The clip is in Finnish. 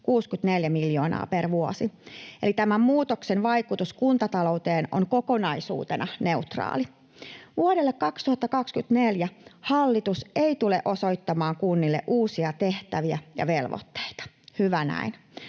64 miljoonaa per vuosi. Eli tämän muutoksen vaikutus kuntatalouteen on kokonaisuutena neutraali. Vuodelle 2024 hallitus ei tule osoittamaan kunnille uusia tehtäviä ja velvoitteita. Hyvä näin.